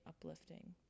uplifting